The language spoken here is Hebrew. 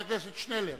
חבר הכנסת שנלר.